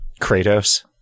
Kratos